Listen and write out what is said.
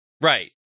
Right